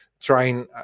trying